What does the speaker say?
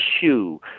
shoe